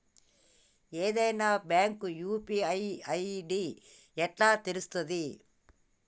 ఏదైనా bank UPI ID ఎట్లా తెలుత్తది?